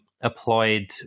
Applied